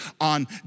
on